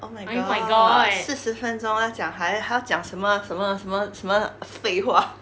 oh my god 四十分钟要讲还还要讲什么什么什么什么废话